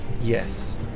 Yes